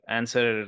answer